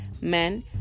men